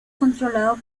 controlado